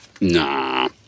Nah